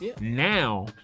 now